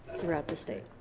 throughout the state.